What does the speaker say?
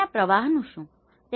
તેમના પ્રવાહનું શું થયું